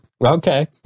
Okay